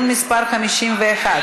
26 מתנגדים ואין נמנעים.